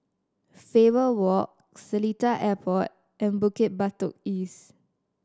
Faber Walk Seletar Airport and Bukit Batok East